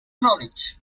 knowledge